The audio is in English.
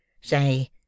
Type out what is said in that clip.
say